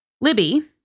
Libby